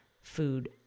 food